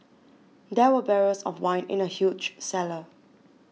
there were barrels of wine in the huge cellar